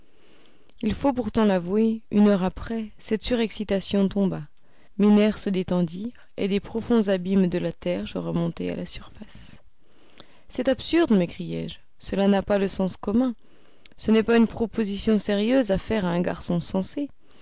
il faut pourtant l'avouer une heure après cette surexcitation tomba mes nerfs se détendirent et des profonds abîmes de la terre je remontai à sa surface c'est absurde m'écriai-je cela n'a pas le sens commun ce n'est pas une proposition sérieuse à faire à un garçon sensé